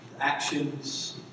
actions